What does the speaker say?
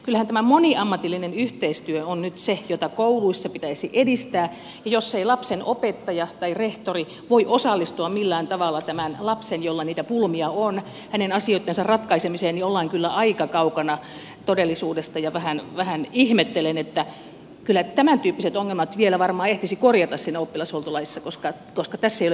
kyllähän tämä moniammatillinen yhteistyö on nyt se jota kouluissa pitäisi edistää ja jos ei lapsen opettaja tai rehtori voi osallistua millään tavalla tämän lapsen jolla niitä pulmia on asioiden ratkaisemiseen niin ollaan kyllä aika kaukana todellisuudesta ja vähän ihmettelen että kyllä tämäntyyppiset ongelmat vielä varmaan ehtisi korjata siinä oppilashuoltolaissa koska tässä ei ole mitään järkeä